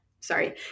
Sorry